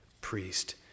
priest